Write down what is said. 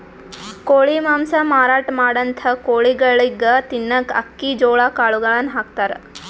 ಕೋಳಿ ಮಾಂಸ ಮಾರಾಟ್ ಮಾಡಂಥ ಕೋಳಿಗೊಳಿಗ್ ತಿನ್ನಕ್ಕ್ ಅಕ್ಕಿ ಜೋಳಾ ಕಾಳುಗಳನ್ನ ಹಾಕ್ತಾರ್